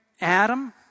Adam